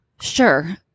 Sure